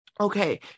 okay